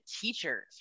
teachers